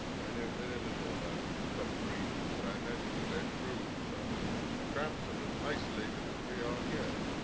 i know very little about submarines, but i imagine that their crews are as cramped and as isolated as we are here.